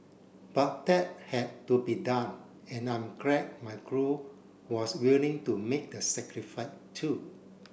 but that had to be done and I'm glad my crew was willing to make the sacrifice too